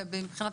לא.